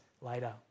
later